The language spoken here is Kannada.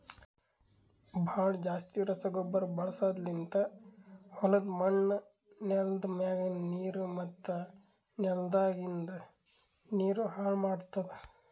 ಭಾಳ್ ಜಾಸ್ತಿ ರಸಗೊಬ್ಬರ ಬಳಸದ್ಲಿಂತ್ ಹೊಲುದ್ ಮಣ್ಣ್, ನೆಲ್ದ ಮ್ಯಾಗಿಂದ್ ನೀರು ಮತ್ತ ನೆಲದಾಗಿಂದ್ ನೀರು ಹಾಳ್ ಮಾಡ್ತುದ್